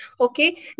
okay